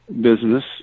business